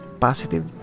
positive